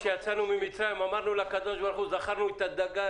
כשיצאנו ממצרים אמרנו לקדוש ברוך הוא זכרנו את הדגה,